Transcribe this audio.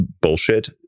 bullshit